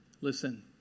listen